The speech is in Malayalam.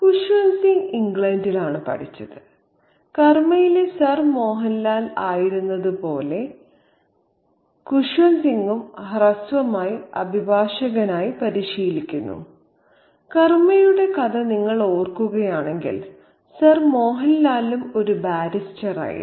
ഖുസ്വന്ത് സിംഗ് ഇംഗ്ലണ്ടിലാണ് പഠിച്ചത് കർമ്മയിലെ സർ മോഹൻ ലാൽ ആയിരുന്നതുപോലെ ഖുസ്വന്ത് സിംഗും ഹ്രസ്വമായി അഭിഭാഷകനായി പരിശീലിക്കുന്നു കർമ്മയുടെ കഥ നിങ്ങൾ ഓർക്കുകയാണെങ്കിൽ സർ മോഹൻ ലാലും ഒരു ബാരിസ്റ്ററായിരുന്നു